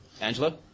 Angela